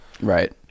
Right